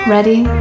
Ready